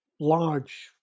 large